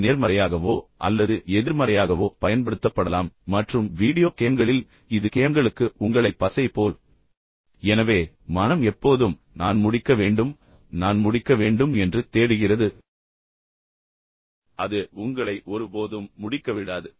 இது நேர்மறையாகவோ அல்லது எதிர்மறையாகவோ பயன்படுத்தப்படலாம் மற்றும் வீடியோ கேம்களில் இது கேம்களுக்கு உங்களை பசை போல் ஒட்டிக்கொள்ள பயன்படுத்தப்படுகிறது எனவே மனம் எப்போதும் நான் முடிக்க வேண்டும் நான் முடிக்க வேண்டும் என்று தேடுகிறது பின்னர் அது உங்களை ஒருபோதும் முடிக்க விடாது